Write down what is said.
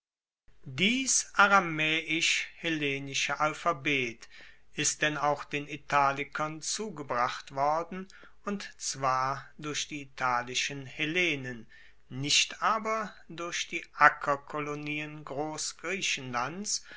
dies aramaeisch hellenische alphabet ist denn auch den italikern zugebracht worden und zwar durch die italischen hellenen nicht aber durch die